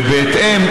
ובהתאם,